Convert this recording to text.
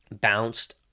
bounced